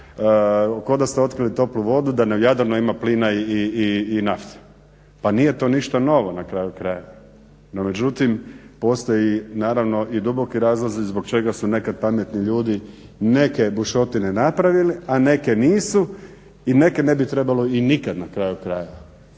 ko da ste otkrili toplu vodu da na Jadranu ima plina i nafte. Pa nije to ništa novo na kraju krajeva. No međutim postoje duboki razlozi zbog čega su nekad pametni ljudi neke bušotine napravili a neke nisu i neke ne bi trebalo i nikada na kraju krajeva.